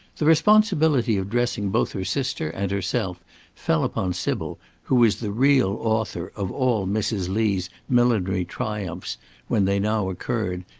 the responsibility of dressing both her sister and herself fell upon sybil, who was the real author of all mrs. lee's millinery triumphs when they now occurred,